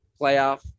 playoff